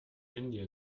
indien